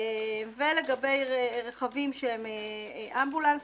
ולגבי רכבים שהם אמבולנס,